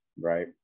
right